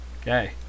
Okay